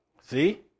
see